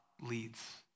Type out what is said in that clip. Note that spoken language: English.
leads